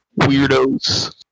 weirdos